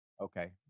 Okay